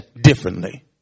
differently